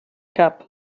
cap